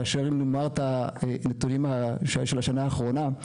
כאשר אם נאמר את הנתונים של השנה האחרונה,